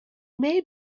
may